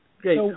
Great